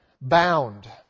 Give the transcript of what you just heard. bound